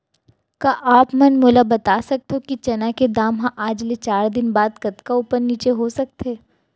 का आप मन मोला बता सकथव कि चना के दाम हा आज ले चार दिन बाद कतका ऊपर नीचे हो सकथे?